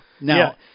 Now